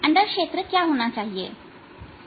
अंदर क्षेत्र क्या होने चाहिए